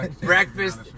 Breakfast